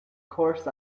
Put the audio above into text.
course